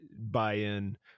buy-in